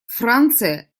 франция